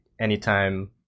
anytime